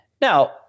Now